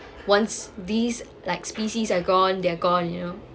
once these like species are gone they're gone you know